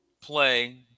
play